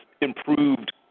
improved